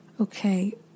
okay